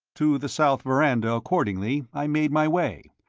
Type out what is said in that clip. to the south veranda accordingly i made my way,